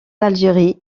algérie